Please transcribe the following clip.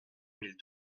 mille